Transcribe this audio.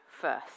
first